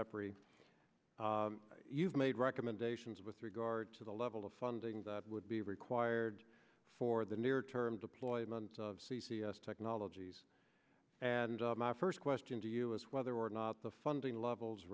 every you've made recommendations with regard to the level of funding that would be required for the near term deployments of c c s technologies and my first question to you is whether or not the funding levels